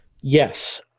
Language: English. Yes